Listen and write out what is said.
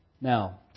Now